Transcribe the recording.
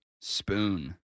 spoon